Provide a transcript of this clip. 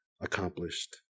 accomplished